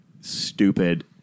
stupid